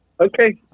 Okay